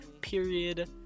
Period